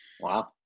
Wow